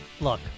look